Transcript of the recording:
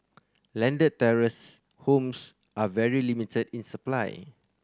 landed terrace homes are very limited in supply